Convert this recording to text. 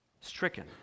stricken